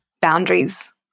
boundaries